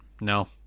no